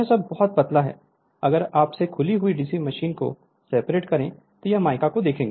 और यह सब बहुत पतला है अगर आप से खुली हुई डीसी मशीन को सेपरेट करके या मायका को देखेंगे